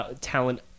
talent